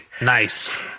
Nice